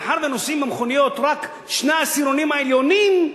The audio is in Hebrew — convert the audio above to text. מאחר שנוסעים במכוניות רק שני העשירונים העליונים,